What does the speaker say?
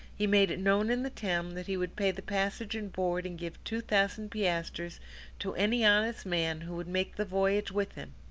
he made it known in the town that he would pay the passage and board and give two thousand piastres to any honest man who would make the voyage with him,